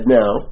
now